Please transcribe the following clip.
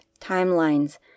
timelines